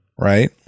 Right